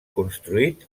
construït